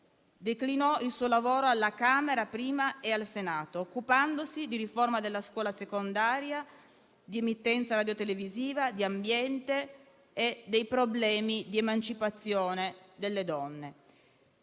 declinò il suo lavoro alla Camera, prima, e al Senato, poi, occupandosi di riforma della scuola secondaria, di emittenza radiotelevisiva, di ambiente e dei problemi di emancipazione delle donne.